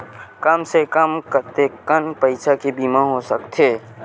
कम से कम कतेकन पईसा के बीमा हो सकथे?